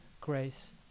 grace